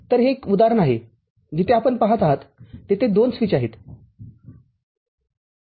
तर हे एक उदाहरण आहे जिथे आपण पाहत आहात तेथे दोन स्विच आहेत